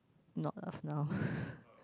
not of now